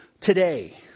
today